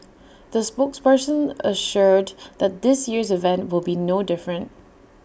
the spokesperson assured that this year's event will be no different